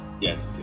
Yes